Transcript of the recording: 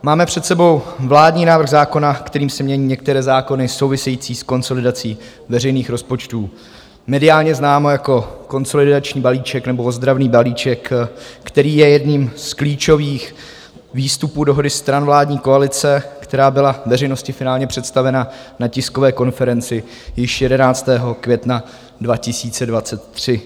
Máme před sebou vládní návrh zákona, kterým se mění některé zákony související s konsolidací veřejných rozpočtů, mediálně známo jako konsolidační balíček nebo ozdravný balíček, který je jedním z klíčových výstupů dohody stran vládní koalice, která byla veřejnosti finálně představena na tiskové konferenci již 11. května 2023.